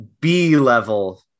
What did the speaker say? B-level